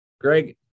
Greg